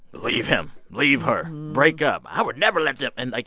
leave him, leave her, break up, i would never let them and, like